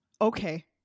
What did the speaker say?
Okay